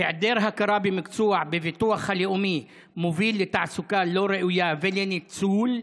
היעדר הכרה במקצוע בביטוח הלאומי מוביל לתעסוקה לא ראויה ולניצול.